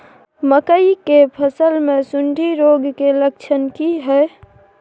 मकई के फसल मे सुंडी रोग के लक्षण की हय?